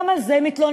גם על זה מתלוננים.